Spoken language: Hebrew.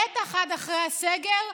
בטח עד אחרי הסגר,